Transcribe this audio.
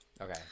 Okay